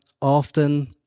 often